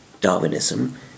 Darwinism